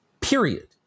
period